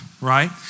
right